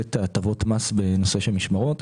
לתת את הטבות המס בנושא של משמרות.